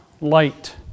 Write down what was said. light